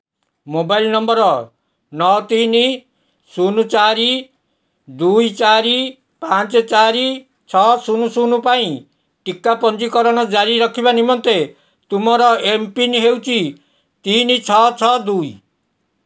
mobile number ନଅ ତିନି ଶୂନ ଚାରି ଦୁଇ ଚାରି ପାଞ୍ଚ ଚାରି ଛଅ ଶୂନ ଶୂନ ପାଇଁ ଟିକା ପଞ୍ଜୀକରଣ ଜାରି ରଖିବା ନିମନ୍ତେ ତୁମର ଏମ୍ପିନ୍ ହେଉଛି ତିନି ଛଅ ଛଅ ଦୁଇ